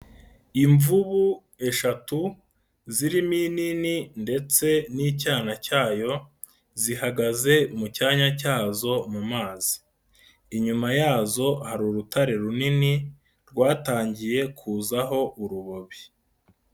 Imvubu eshatu zirimo inini ndetse n'icyana cyayo zihagaze mu cyanya cyazo mu mazi, inyuma yazo hari urutare runini rwatangiye kuzaho urubobi.